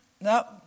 no